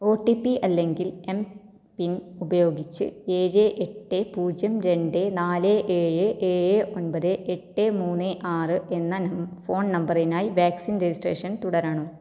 O T P അല്ലെങ്കിൽ M pin ഉപയോഗിച്ച് ഏഴ് എട്ട് പൂജ്യം രണ്ട് നാല് ഏഴ് ഏഴ് ഒൻപത് എട്ട് മൂന്ന് ആറ് എന്ന ഫോൺ നമ്പറിനായി വാക്സിൻ രജിസ്ട്രേഷൻ തുടരണോ